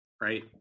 right